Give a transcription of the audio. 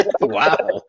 Wow